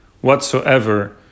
whatsoever